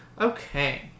Okay